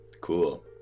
Cool